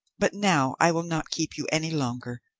but now i will not keep you any longer.